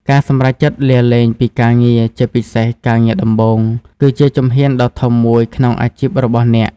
ការសម្រេចចិត្តលាលែងពីការងារ ជាពិសេសការងារដំបូង គឺជាជំហានដ៏ធំមួយក្នុងអាជីពរបស់អ្នក។